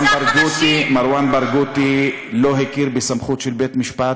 מרואן ברגותי לא הכיר בסמכות של בית-המשפט.